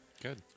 Good